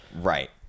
Right